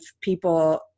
people